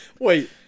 Wait